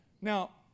Now